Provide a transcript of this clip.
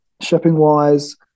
shipping-wise